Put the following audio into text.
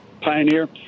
Pioneer